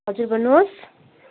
हजुर भन्नुहोस्